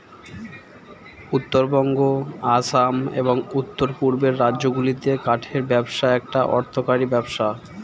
উত্তরবঙ্গ, আসাম, এবং উওর পূর্বের রাজ্যগুলিতে কাঠের ব্যবসা একটা অর্থকরী ব্যবসা